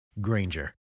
Granger